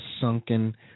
sunken